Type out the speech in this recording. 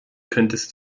könntest